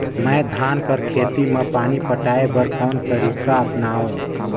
मैं धान कर खेती म पानी पटाय बर कोन तरीका अपनावो?